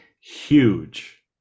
huge